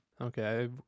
Okay